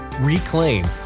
reclaim